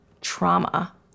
trauma